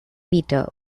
peter